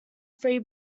three